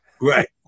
Right